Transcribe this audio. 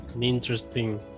Interesting